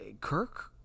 Kirk